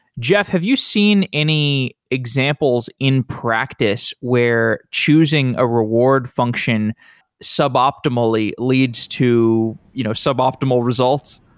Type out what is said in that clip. jeff, have you seen any examples in practice where choosing a reward function sub-optimally leads to you know sub optimal results?